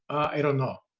i don't know.